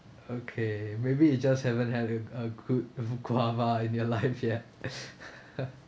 okay maybe you just haven't had uh a good good guava in your life yet